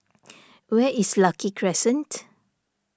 where is Lucky Crescent